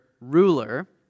ruler